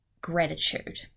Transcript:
gratitude